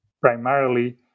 primarily